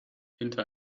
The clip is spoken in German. hinter